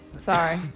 Sorry